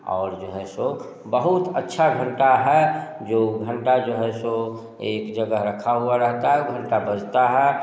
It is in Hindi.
और जो है सो बहुत अच्छा घंटा है जो घंटा जो है सो एक जगह रखा हुआ रहता है घंटा बजता है